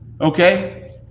okay